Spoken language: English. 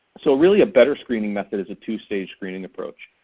so really a better screening method is a two-stage screening approach,